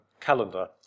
calendar